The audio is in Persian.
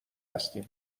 هستیم